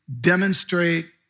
demonstrate